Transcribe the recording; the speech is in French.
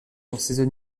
fluctuations